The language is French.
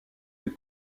est